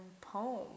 poem